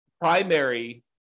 primary